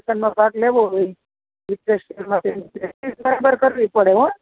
કોમ્પિટિશનમાં ભાગ લેવો હોય પ્રેક્ટિસ બરાબર કરવી પડે હો